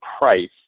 price